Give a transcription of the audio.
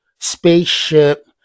spaceship